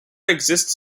exist